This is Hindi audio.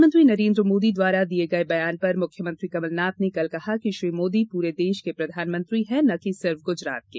प्रधानमंत्री नरेन्द्र मोदी द्वारा दिये गये बयान पर मुख्यमंत्री कमलनाथ ने कल कहा कि श्री मोदी पूरे देश के प्रधानमंत्री है न कि सिफ गुजरात के